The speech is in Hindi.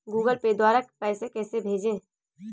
गूगल पे द्वारा पैसे कैसे भेजें?